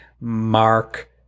mark